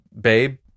babe